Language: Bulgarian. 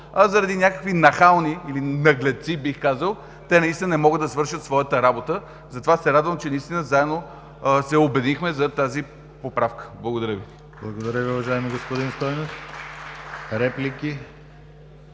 заради някакви нахални, бих казал наглеци, те наистина не могат да свършат своята работа. Затова се радвам, че наистина заедно се обединихме зад тази поправка. Благодаря Ви.